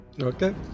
Okay